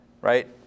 right